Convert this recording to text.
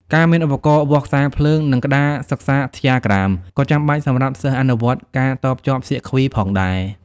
ការមាន ឧបករណ៍វាស់ខ្សែភ្លើង និង ក្តារសិក្សាដ្យាក្រាម ក៏ចាំបាច់សម្រាប់សិស្សអនុវត្តការតភ្ជាប់សៀគ្វីផងដែរ។